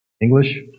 English